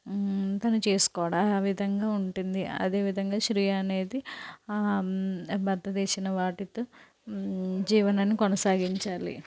తను చేస్కుడ ఆ విధంగా ఉంటుంది అదేవిధంగా స్రీ అనేది భర్త తెచ్చిన వాటితో జీవనాన్ని కొనసాగించాలి